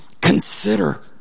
consider